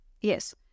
Yes